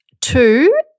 Two